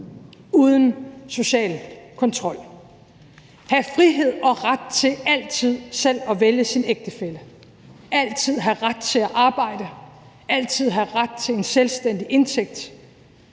uden social kontrol, have frihed og ret til altid selv at vælge sin ægtefælle, altid have ret til at arbejde og altid have ret til en selvstændig indtægt